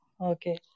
Okay